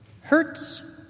hurts